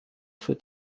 für